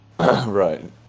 Right